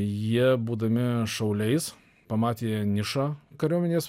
jie būdami šauliais pamatė nišą kariuomenės